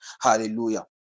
Hallelujah